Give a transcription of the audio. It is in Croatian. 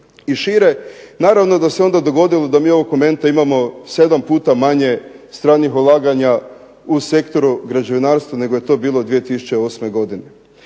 i šire, naravno da se onda dogodilo da mi ovog momenta imamo 7 puta manje stranih ulaganja u sektoru građevinarstva, nego je to bilo 2008. godine.